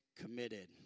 committed